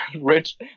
rich